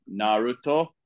Naruto